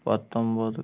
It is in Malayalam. പത്തൊൻപത്